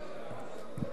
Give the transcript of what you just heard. אדוני היושב-ראש,